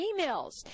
emails